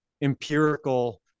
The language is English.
empirical